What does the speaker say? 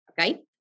Okay